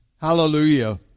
Hallelujah